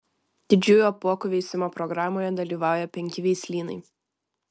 didžiųjų apuokų veisimo programoje dalyvauja penki veislynai